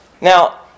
Now